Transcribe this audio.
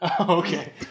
Okay